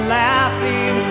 laughing